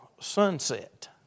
sunset